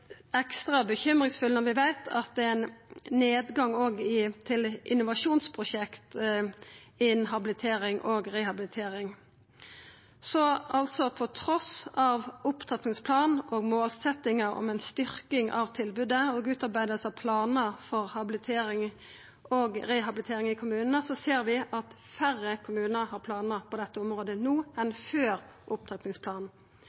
ekstra bekymringsfull når vi veit at det er ein nedgang òg til innovasjonsprosjekt innan habilitering og rehabilitering. Trass i opptrappingsplan og målsetjingar om ei styrking av tilbodet og utarbeiding av planar for habilitering og rehabilitering i kommunane ser vi altså at færre kommunar har planar på dette området no